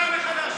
מותר לך להשיב.